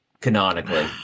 canonically